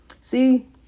See